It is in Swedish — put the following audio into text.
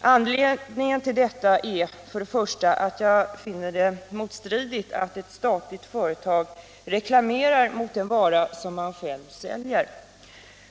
Anledningen till detta är för det första att jag finner det motstridigt att ett statligt företag reklamerar mot den vara som man själv säljer.